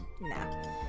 No